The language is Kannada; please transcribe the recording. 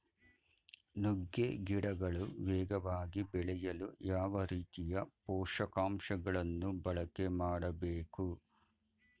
ನುಗ್ಗೆ ಗಿಡಗಳು ವೇಗವಾಗಿ ಬೆಳೆಯಲು ಯಾವ ರೀತಿಯ ಪೋಷಕಾಂಶಗಳನ್ನು ಬಳಕೆ ಮಾಡಬೇಕು?